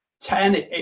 ten